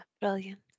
Brilliant